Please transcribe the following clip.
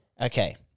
Okay